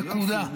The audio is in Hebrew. נקודה.